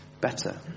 better